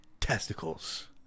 testicles